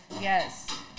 Yes